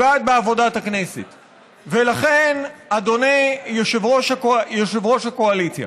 ולכן, אדוני יושב-ראש הקואליציה,